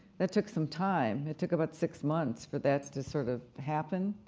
that took some time, it took about six months for that to sort of happen,